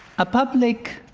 a public,